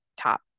top